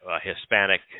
Hispanic